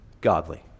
godly